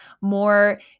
more